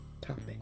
topic